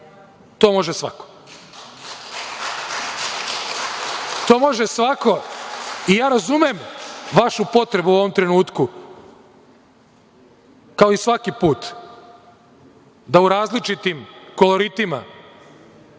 posle 60 dana. To može svako. Ja razumem vašu potrebu u ovom trenutku, kao i svaki put, da u različitim koloritima,